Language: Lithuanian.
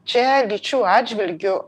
čia lyčių atžvilgiu